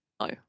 no